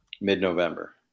mid-November